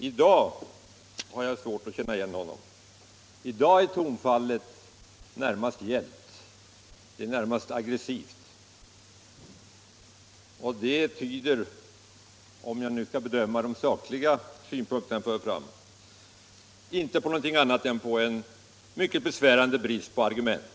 I dag har jag svårt att känna igen honom; i dag är tonfallet gällt och närmast aggressivt. Det tyder — när jag nu också bedömer de sakliga synpunkter som förts fram — inte på någonting annat än en mycket besvärande brist på argument.